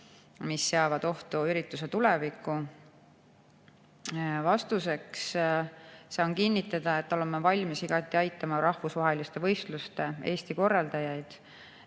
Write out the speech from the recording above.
mis seavad ohtu ürituse tuleviku?" Vastuseks saan kinnitada, et oleme valmis igati aitama rahvusvaheliste võistluste Eesti korraldajaid,